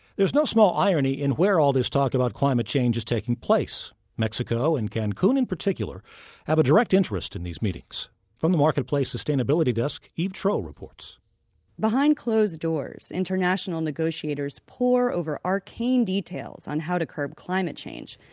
there's no small irony in where all this talk about climate change is taking place. mexico and cancun in particular have a direct interest in these meetings from the marketplace sustainability desk, eve troeh reports behind closed doors, international negotiators pore over arcane details on how to curb climate change.